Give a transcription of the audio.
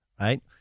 right